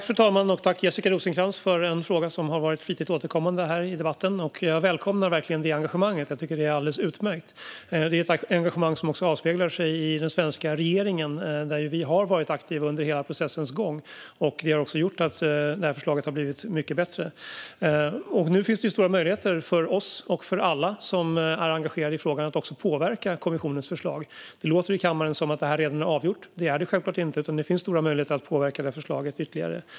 Fru talman! Tack, Jessica Rosencrantz, för en fråga som har varit flitigt återkommande i debatten! Jag välkomnar verkligen engagemanget och tycker att det är alldeles utmärkt. Det är ett engagemang som avspeglar sig i den svenska regeringen, där vi har varit aktiva under hela processens gång. Det har gjort att förslaget har blivit mycket bättre. Nu finns det stora möjligheter för oss och för alla som är engagerade i frågan att påverka kommissionens förslag. Det låter i kammaren som att det redan är avgjort. Det är det självfallet inte, utan det finns stora möjligheter att påverka förslaget ytterligare.